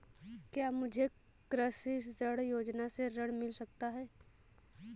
क्या मुझे कृषि ऋण योजना से ऋण मिल सकता है?